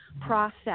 process